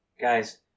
Guys